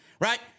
right